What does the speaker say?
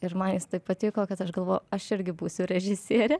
ir man jis taip patiko kad aš galvoju aš irgi būsiu režisierė